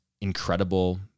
incredible